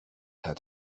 had